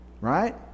right